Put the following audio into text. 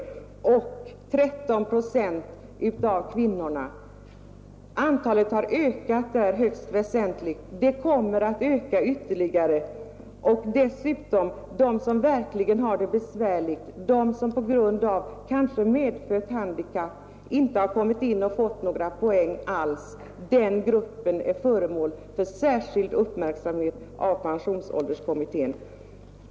Procenttalen för dem som har antagandepoäng har ökat högst väsentligt och kommer att öka ytterligare. De som verkligen har det besvärligt, de som kanske på grund av medfött handikapp inte har kunnat få några poäng alls, är dessutom föremål för särskild uppmärksamhet av pensionsålderskommittén.